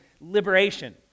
liberation